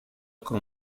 con